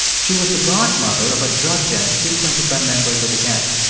she was the godmother of a drug den frequented by members of the gang.